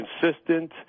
consistent